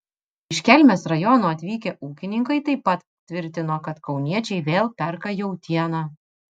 iš kelmės rajono atvykę ūkininkai taip pat tvirtino kad kauniečiai vėl perka jautieną